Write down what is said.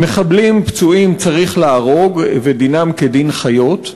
"מחבלים פצועים צריך להרוג ודינם כדין חיות".